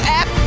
app